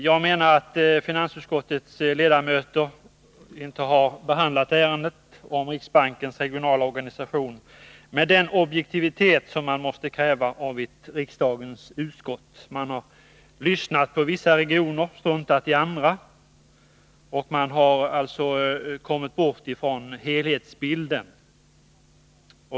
Jag menar att finansutskottets ledamöter inte har behandlat ärendet om riksbankens regionala organisation med den objektivitet som man måste kräva av riksdagens utskott. Man har lyssnat på vissa regioner och struntat i andra. Man har alltså kommit bort från helhetsbilden.